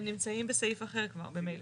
הם נמצאים בסעיף אחר כבר ממילא.